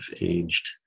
aged